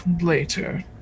later